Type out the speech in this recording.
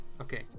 Okay